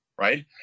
right